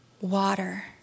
water